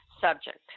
subject